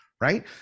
right